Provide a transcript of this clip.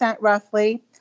roughly